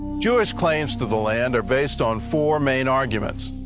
jewish claims to the land are based on four main arguments.